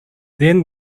then